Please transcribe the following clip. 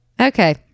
Okay